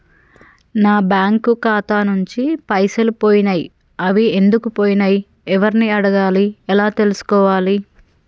నా బ్యాంకు ఖాతా నుంచి పైసలు పోయినయ్ అవి ఎందుకు పోయినయ్ ఎవరిని అడగాలి ఎలా తెలుసుకోవాలి?